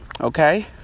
Okay